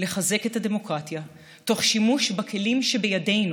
לחזק את הדמוקרטיה תוך שימוש בכלים שבידינו,